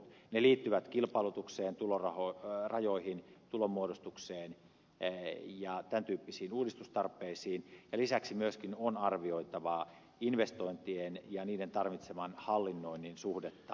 ne liittyvät kilpailutukseen tulorajoihin tulonmuodostukseen ja tämän tyyppisiin uudistustarpeisiin ja lisäksi myöskin on arvioitava investointien ja niiden tarvitseman hallinnoinnin suhdetta